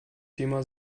thema